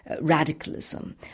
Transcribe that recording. radicalism